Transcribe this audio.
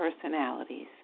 personalities